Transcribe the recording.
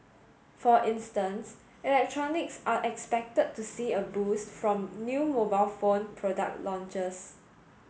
for instance electronics are expected to see a boost from new mobile phone product launches